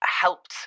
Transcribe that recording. helped